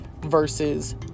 versus